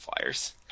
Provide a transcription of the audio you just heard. flyers